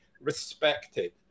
respected